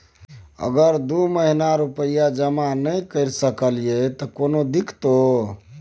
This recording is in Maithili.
अगर दू महीना रुपिया जमा नय करे सकलियै त कोनो दिक्कतों?